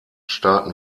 staaten